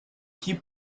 qui